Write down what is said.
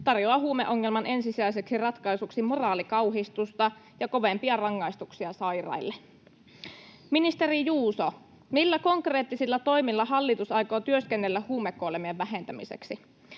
tarjoaa huumeongelman ensisijaiseksi ratkaisuksi moraalikauhistusta ja kovempia rangaistuksia sairaille. Ministeri Juuso, millä konkreettisilla toimilla hallitus aikoo työskennellä huumekuolemien vähentämiseksi?